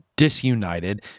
disunited